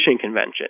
Convention